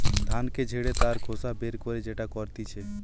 ধানকে ঝেড়ে তার খোসা বের করে যেটা করতিছে